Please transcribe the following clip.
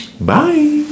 Bye